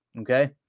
Okay